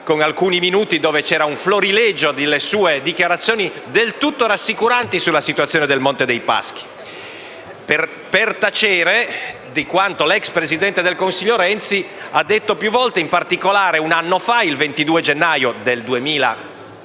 che sono apparsi come un florilegio delle sue dichiarazioni del tutto rassicuranti sulla situazione del Monte dei Paschi. Per tacere di quanto l'ex presidente del Consiglio Renzi ha detto più volte, in particolare un anno fa, il 22 gennaio 2016: